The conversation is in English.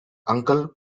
uncle